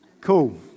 cool